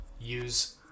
use